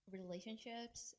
relationships